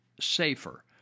Safer